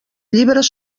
llibres